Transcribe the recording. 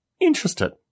interested